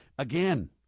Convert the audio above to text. Again